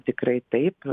tikrai taip